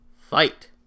Fight